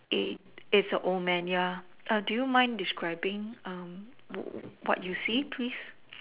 it it's a old man ya err do you mind describing um what you see please